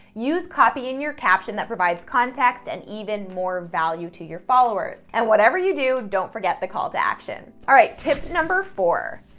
use copy in your caption that provides context and even more value to your followers and whatever you do, don't forget the call-to-action. all right, tip number four.